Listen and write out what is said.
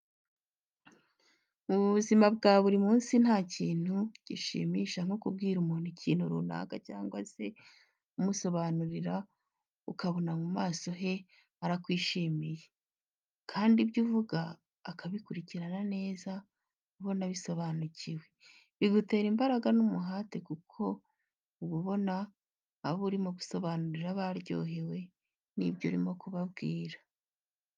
Mu buzima bwa buri munsi nta kintu gishimisha nko kubwira umuntu ikintu runaka cyangwa se umusobanurira ukabona mu maso he harakwishimiye, kandi ibyo uvuga akabikurikirana neza ubona abisobanukiwe. Bigutera imbaraga n'umuhate kuko uba ubona abo urimo gusobanurira baryohewe n'ibyo urimo kubabwira.